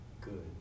good